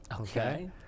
Okay